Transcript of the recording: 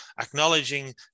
acknowledging